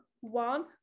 one